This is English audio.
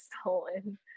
stolen